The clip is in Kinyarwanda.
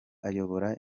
ayobora